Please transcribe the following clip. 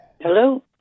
Hello